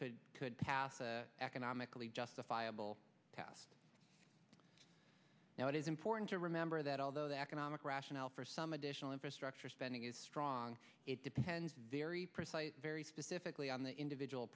could could pass economically justifiable to us now it is important to remember that although the economic rationale for some additional infrastructure spending is strong it depends very precise very specifically on the individual